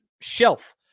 shelf